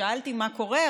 שאלתי: מה קורה,